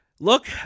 look